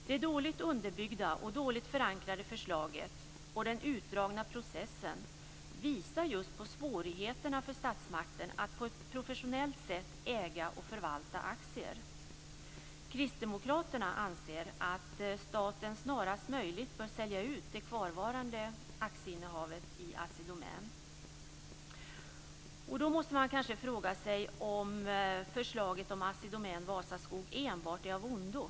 Det dåligt underbyggda och dåligt förankrade förslaget och den utdragna processen visar på svårigheterna för statsmakten att på ett professionellt sätt äga och förvalta aktier. Kristdemokraterna anser att staten snarast möjligt bör sälja ut det kvarvarande aktieinnehavet i Assi Domän. Då måste man kanske fråga sig om förslaget om Assi Domän-Vasaskog enbart är av ondo.